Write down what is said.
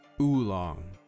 oolong